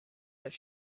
has